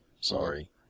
sorry